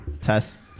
Test